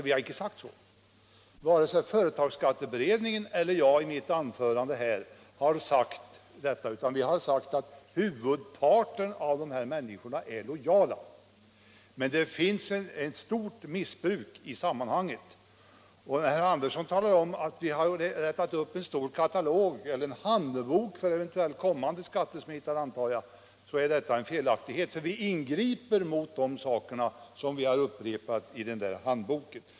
Varken skatteberedningen eller jag har sagt någonting sådant, utan vi anser att huvudparten av alla människor är lojala. Men det förekommer ett omfattande missbruk i detta sammanhang. När herr Andersson talar om att vi har upprättat en katalog eller en handbok för kommande skattesmitare, så är också detta felaktigt. Vi ingriper mot de förhållanden som vi tagit upp i handboken.